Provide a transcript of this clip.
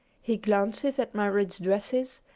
he glances at my rich dresses,